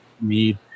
need